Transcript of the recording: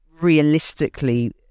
Realistically